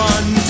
One